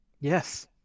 yes